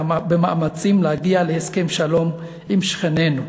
למאמצים להגיע להסכם שלום עם שכנינו.